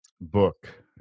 book